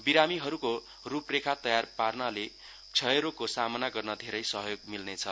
बिरामीहरूको रूपरेखा तयार पार्नाले क्षयरोगको सामना गर्न धेरै सहयोग मिल्नेछ